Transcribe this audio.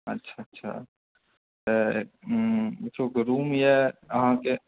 अच्छा अच्छा तऽ रूम यऽ अहाँकेँ